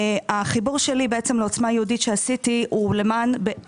החיבור שלי שעשיתי לעוצמה יהודית הוא בפרט